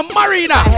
marina